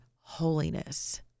holiness